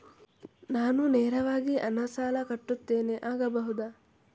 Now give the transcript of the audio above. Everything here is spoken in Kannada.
ನಾನು ನೇರವಾಗಿ ಹಣ ಸಾಲ ಕಟ್ಟುತ್ತೇನೆ ಆಗಬಹುದ?